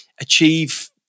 achieve